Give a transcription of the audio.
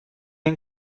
این